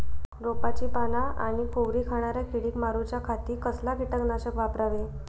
रोपाची पाना आनी कोवरी खाणाऱ्या किडीक मारूच्या खाती कसला किटकनाशक वापरावे?